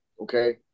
okay